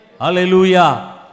Hallelujah